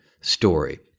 story